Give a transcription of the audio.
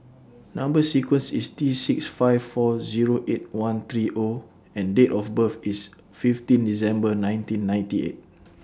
Number sequence IS T six five four Zero eight one three O and Date of birth IS fifteen December nineteen ninety eight